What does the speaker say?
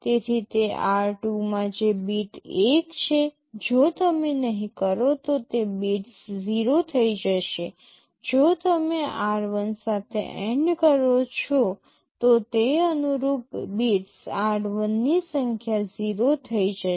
તેથી તે r2 માં જે બીટ 1 છે જો તમે નહીં કરો તો તે બિટ્સ 0 થઈ જશે જો તમે r1 સાથે AND કરો છો તો તે અનુરૂપ બીટ્સ r1 ની સંખ્યા 0 થઈ જશે